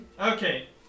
Okay